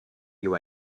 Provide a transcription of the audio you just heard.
you